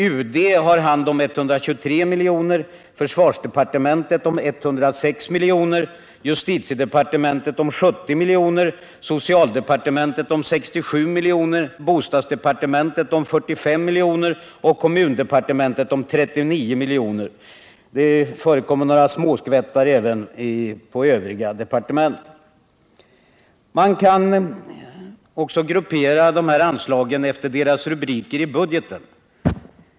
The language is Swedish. UD har hand om 123 miljoner, försvarsdepartementet om 106 miljoner, justitiedepartementet om 70 miljoner, socialdepartementet om 67 miljoner, bostadsdepartementet om 45 miljoner och kommundepartementet om 39 miljoner. Några småskvättar på övriga departement tillkommer. Man kan också gruppera de här anslagen efter deras rubriker i budgeten.